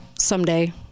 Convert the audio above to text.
someday